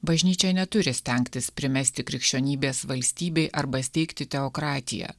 bažnyčia neturi stengtis primesti krikščionybės valstybei arba steigti teokratiją